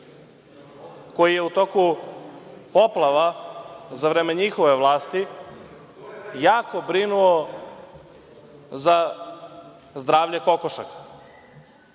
koji je u toku poplava za vreme njihove vlasti jako brinuo za zdravlje kokošaka.